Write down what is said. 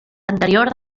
anterior